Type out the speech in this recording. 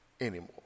anymore